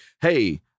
hey